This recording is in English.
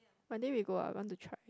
Monday we go ah I want to try